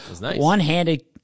One-handed